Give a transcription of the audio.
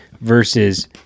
versus